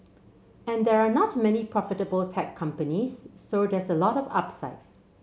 and there are not many profitable tech companies so there's a lot of upside